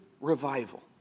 revival